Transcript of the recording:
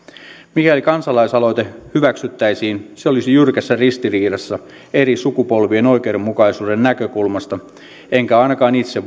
mikäli kansalaisaloite hyväksyttäisiin se olisi jyrkässä ristiriidassa eri sukupolvien oikeudenmukaisuuden näkökulmasta enkä ainakaan itse